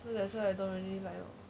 so that's why I don't really like lor